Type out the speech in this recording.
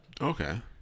Okay